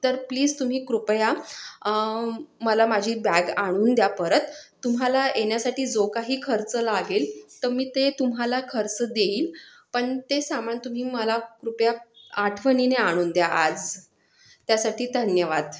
तर प्लीज तुम्ही कृपया मला माझी बॅग आणून द्या परत तुम्हाला येण्यासाठी जो काही खर्च लागेल तर मी ते तुम्हाला खर्च देईल पण ते सामान तुम्ही मला कृपया आठवणीने आणून द्या आज त्यासाठी धन्यवाद